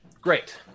great